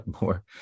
more